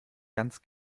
ganz